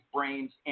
Brains